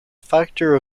factor